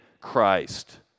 Christ